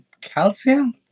calcium